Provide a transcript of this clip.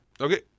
Okay